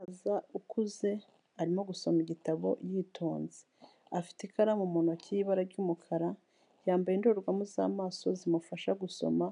Umusaza ukuze arimo gusoma igitabo yitonze, afite ikaramu mu ntoki y'ibara ry'umukara, yambaye indorerwamo z'amaso zimufasha gusoma